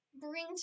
bring